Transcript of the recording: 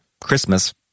Christmas